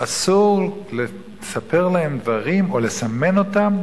אסור לספר להם דברים, או לסמן אותם,